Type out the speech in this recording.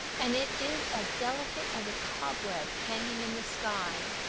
and it is as delicate as a cobweb hanging in the sky.